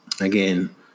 again